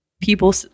people